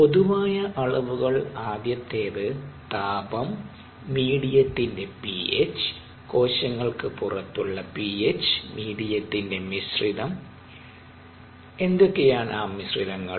പൊതുവായ അളവുകൾ ആദ്യത്തേത്താപം മീഡിയത്തിന്റെ പിഎച്ച് കോശങ്ങൾക്ക് പുറത്തുള്ള പിഎച്ച് മീഡിയത്തിന്റെ മിശ്രിതം എന്തൊകെയാണ്ആ മിശ്രിതങ്ങൾ